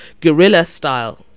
guerrilla-style